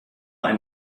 ein